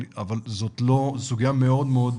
אבל זאת סוגיה מאוד מאוד